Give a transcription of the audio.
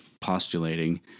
postulating